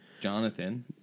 Jonathan